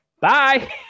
bye